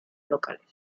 locales